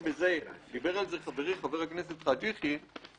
דיבר על שזה חברי חבר הכנסת חאג' יחיא,